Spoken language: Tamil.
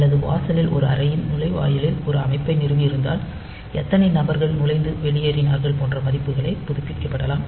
அல்லது வாசலில் ஒரு அறையின் நுழைவாயிலில் ஒரு அமைப்பை நிறுவியிருந்தால் எத்தனை நபர்கள் நுழைந்து வெளியேறினார்கள் போன்ற மதிப்புகள் புதுப்பிக்கப்படலாம்